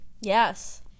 Yes